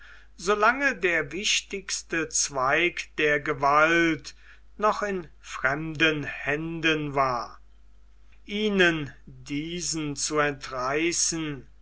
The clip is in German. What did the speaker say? lange der wichtigste zweig der gewalt noch in fremden händen war ihnen diesen zu entreißen